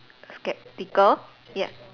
skeptical ya